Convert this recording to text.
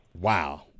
Wow